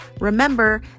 Remember